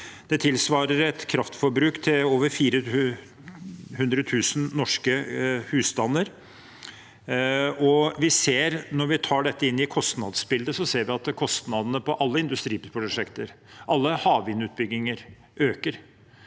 Det tilsvarer kraftforbruket til over 400 000 norske husstander. Når vi tar dette inn i kostnadsbildet, ser vi at kostnadene på alle industriprosjekter og alle havvindutbygginger øker.